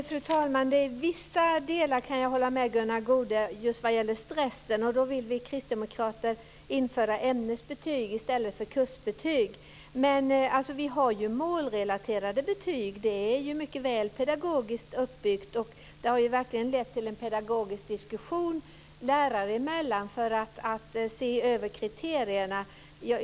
Fru talman! I vissa delar kan jag hålla med Gunnar Goude, just vad gäller stressen. Vi kristdemokrater vill införa ämnesbetyg i stället för kursbetyg. Men vi har ju målrelaterade betyg. Det är mycket pedagogiskt uppbyggt. Det har verkligen lett till en pedagogisk diskussion lärare emellan för att se över kriterierna.